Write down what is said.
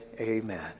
amen